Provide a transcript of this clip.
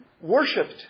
worshipped